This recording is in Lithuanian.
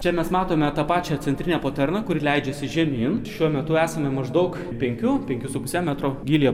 čia mes matome tą pačią centrinę poterną kuri leidžiasi žemyn šiuo metu esame maždaug penkių penkių su puse metro gylyje